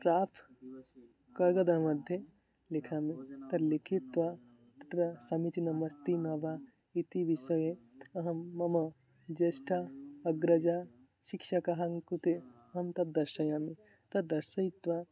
craft कागदस्य मध्ये लिखामि तल्लिखित्वा तत्र समीचीनम् अस्ति न वा इति विषये अहं मम ज्येष्ठाम् अग्रजां शिक्षकानां कृते अहं तद्दर्शयामि तद् दर्शयित्वा